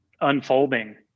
unfolding